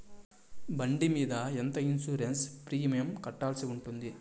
బండి మీద ఎంత ఇన్సూరెన్సు ప్రీమియం కట్టాల్సి ఉంటుంది?